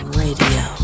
radio